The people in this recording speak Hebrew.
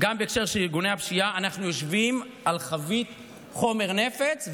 גם בהקשר של ארגוני הפשיעה אנחנו יושבים על חבית חומר נפץ.